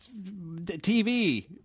TV